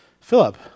Philip